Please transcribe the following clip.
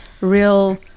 real